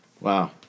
Wow